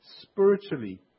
spiritually